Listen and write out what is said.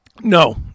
No